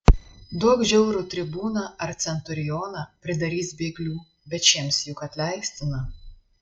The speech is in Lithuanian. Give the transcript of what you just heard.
duok žiaurų tribūną ar centurioną pridarys bėglių bet šiems juk atleistina